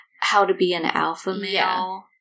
how-to-be-an-alpha-male